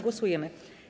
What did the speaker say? Głosujemy.